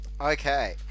Okay